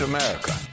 America